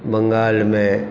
बँगालमे